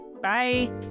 bye